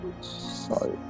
Sorry